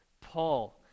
Paul